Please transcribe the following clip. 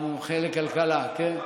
המומחה לכלכלה, כן?